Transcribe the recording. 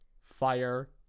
fire